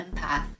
empath